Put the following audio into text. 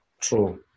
True